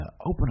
open